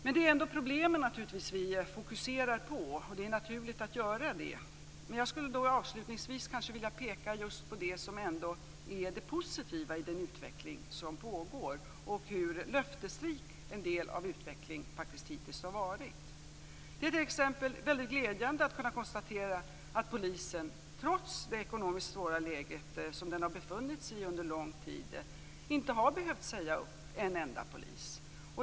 Men det är ändå problemen vi fokuserar på, och det är naturligt att göra det. Jag skulle dock avslutningsvis vilja peka på det som ändå är positivt i den utveckling som pågår och hur löftesrik en del av utvecklingen hittills har varit. Det är t.ex. väldigt glädjande att kunna konstatera att polisen, trots det svåra ekonomiska läge man befunnit sig i under lång tid, inte har behövt säga upp en enda polis.